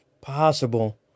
possible